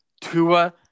Tua